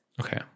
Okay